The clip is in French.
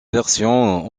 version